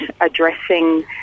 addressing